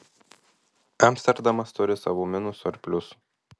amsterdamas turi savų minusų ir pliusų